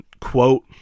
quote